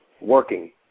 working